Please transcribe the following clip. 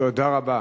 תודה רבה.